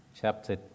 chapter